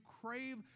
crave